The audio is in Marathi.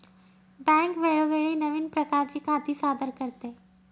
बँक वेळोवेळी नवीन प्रकारची खाती सादर करते